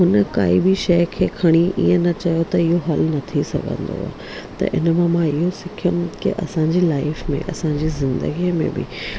हुन काई बि शइ खे खणी ईअं न चयो त इहो हल न थी सघंदो आहे त इनमें मां इहो सिखियमि की असांजी लाइफ में असांजे ज़िंदगीअ में बि